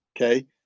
Okay